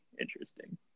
interesting